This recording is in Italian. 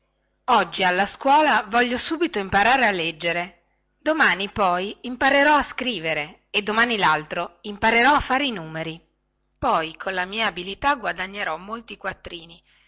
oggi alla scuola voglio subito imparare a leggere domani poi imparerò a scrivere e domani laltro imparerò a fare i numeri poi colla mia abilità guadagnerò molti quattrini